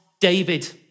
David